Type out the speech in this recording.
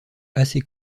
assez